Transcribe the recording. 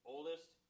Oldest